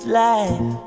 life